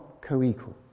co-equal